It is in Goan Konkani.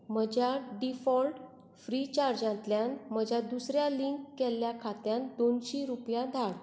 म्हज्या डिफॉल्ट फ्री चार्जातांल्यान म्हज्या दुसऱ्या लिंक केल्ल्या खात्यांत दोनशीं रुपया धाड